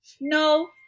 No